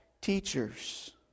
teachers